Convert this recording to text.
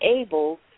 able